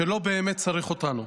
שלא באמת צריך אותנו.